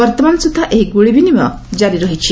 ବର୍ତ୍ତମାନ ସୁଦ୍ଧା ଏହି ଗୁଳି ବିନିମୟ ଜାରି ରହିଛି